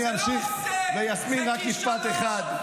אני אמשיך, ויסמין, רק משפט אחד.